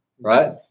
right